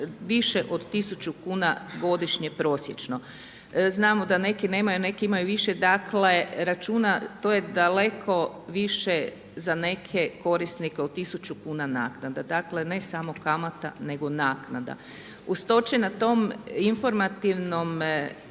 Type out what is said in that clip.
više od 1000 kuna godišnje prosječno. Znamo da neki nemaju, neki imaju više, dakle računa to je daleko više za neke korisnike 1000 kuna naknada. Dakle, ne samo kamata, nego naknada. Uz to će na tom informativnom